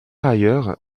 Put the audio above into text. ailleurs